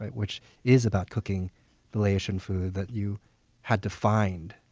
which is about cooking the laotian food that you had to find.